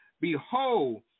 Behold